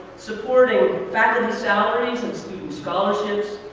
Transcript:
supporting faculty salaries and student scholarships,